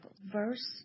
Verse